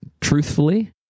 truthfully